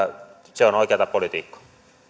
se on oikeata politiikkaa